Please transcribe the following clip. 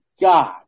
God